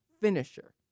finisher